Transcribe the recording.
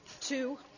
two